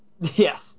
Yes